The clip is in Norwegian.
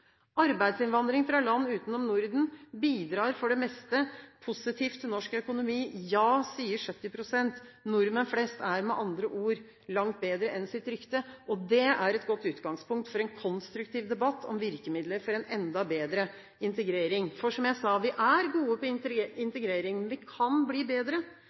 Arbeidsinnvandring fra land utenom Norden bidrar for det meste positivt til norsk økonomi. Ja, sier 70 pst. Nordmenn flest er med andre ord langt bedre enn sitt rykte. Det er et godt utgangspunkt for en konstruktiv debatt om virkemidler for en enda bedre integrering. For som jeg sa: Vi er gode på integrering, men vi kan bli bedre.